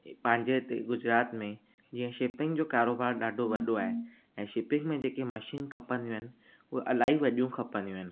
पंहिंजे हिते गुजरात में जीअं शिपिंग जो कारोबारु ॾाढो वॾो आहे ऐं शिपिंग में जेकी मशीन खपंदियूं आहिनि उहे इलाही वॾियूं खपंदियूं आहिनि